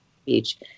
speech